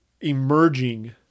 emerging